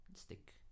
stick